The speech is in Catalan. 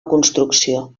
construcció